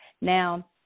Now